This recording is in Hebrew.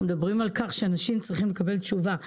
אנחנו מדברים על כך שאנשים צריכים לקבל תשובה.